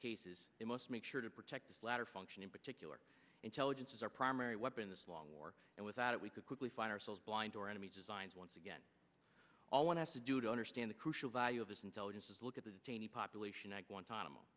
cases it must make sure to protect the latter function in particular intelligence is our primary weapon this long war and without it we could quickly find ourselves blind or enemy designs once again all one has to do to understand the crucial value of this intelligence is look at the detainees population at guantanamo